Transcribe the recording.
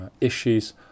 issues